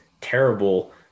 terrible